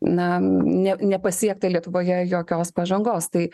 na ne nepasiekta lietuvoje jokios pažangos tai